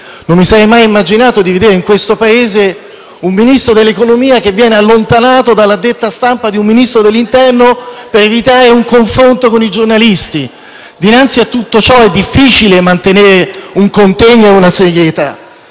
non mi sarei mai immaginato di vedere in questo Paese un Ministro dell'economia che viene allontanato dalla addetta stampa di un Ministro dell'interno per evitare un confronto con i giornalisti. Dinanzi a tutto ciò è difficile mantenere contegno e serietà.